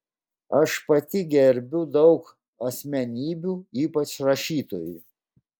aš pati gerbiu daug asmenybių ypač rašytojų